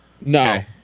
No